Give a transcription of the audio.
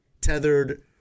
tethered